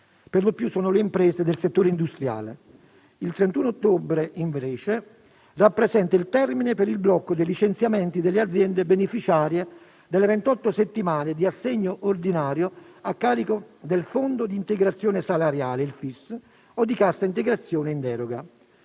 per lo più sono le imprese del settore industriale. Il 31 ottobre, invece, rappresenta il termine per il blocco dei licenziamenti delle aziende beneficiarie delle 28 settimane di assegno ordinario a carico del FIS o di cassa integrazione in deroga.